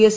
S